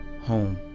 home